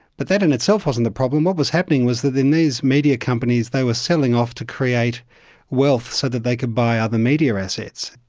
that that in itself wasn't the problem, what was happening was that in these media companies they were selling off to create wealth so that they could buy other media assets.